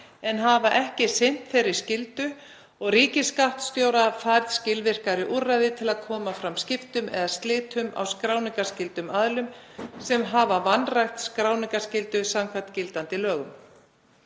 en hafa ekki sinnt þeirri skyldu og ríkisskattstjóra færð skilvirkari úrræði til að koma fram skiptum eða slitum á skráningarskyldum aðilum sem hafa vanrækt skráningarskyldu samkvæmt gildandi lögum.